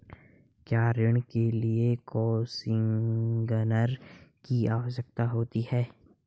क्या ऋण के लिए कोसिग्नर की आवश्यकता होती है?